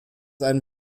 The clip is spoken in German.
einen